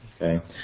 okay